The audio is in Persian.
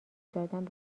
دادن